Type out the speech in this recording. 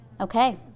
Okay